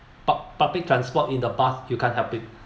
pub~ public transport in the bus you can't help it